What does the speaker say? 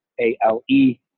A-L-E